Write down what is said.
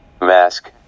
mask